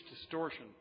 distortion